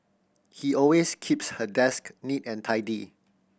she always keeps her desk neat and tidy